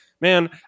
man